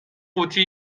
قوطی